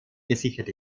gesichert